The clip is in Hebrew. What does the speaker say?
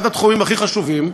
אחד התחומים הכי חשובים,